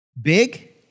big